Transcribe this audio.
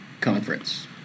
conference